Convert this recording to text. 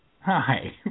Hi